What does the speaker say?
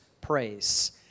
praise